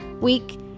week